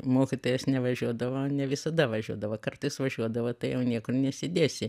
mokytojas nevažiuodavo ne visada važiuodavo kartais važiuodavo tai jau niekur nesidėsi